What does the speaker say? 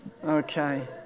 Okay